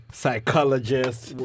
psychologist